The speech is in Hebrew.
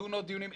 נדון עוד דיונים.